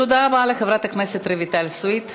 תודה רבה לחברת הכנסת רויטל סויד.